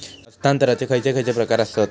हस्तांतराचे खयचे खयचे प्रकार आसत?